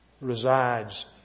resides